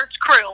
crew